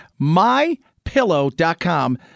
MyPillow.com